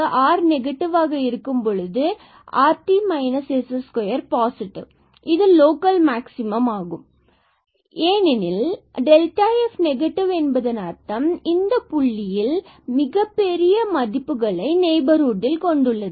மற்றும் R r நெகட்டிவாக இருக்கும் பொழுது இந்த புள்ளியில் rt s2 பாசிட்டிவ் இதுவே லோக்கல் மேக்ஸிமம் ஆகும் மற்றும் ஏனெனில் f நெகட்டிவ் என்பதன் அர்த்தம் இந்த ab புள்ளியில் மிகப் பெரிய மதிப்புகளை நெய்பர்ஹுட்டில் அது கொண்டுள்ளது